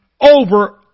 over